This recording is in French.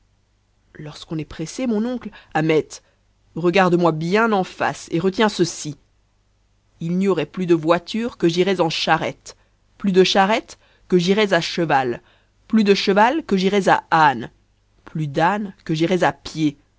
lorsqu'on est pressé mon oncle ahmet regarde-moi bien en face et retiens ceci il n'y aurait plus de voitures que j'irais en charrette plus de charrettes que j'irais à cheval plus de cheval que j'irais à âne plus d'âne que j'irais à pied